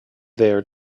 there